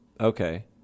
Okay